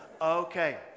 Okay